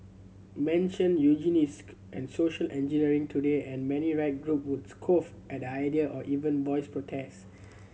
mention and social engineering today and many right group would scoff at the idea or even voice protest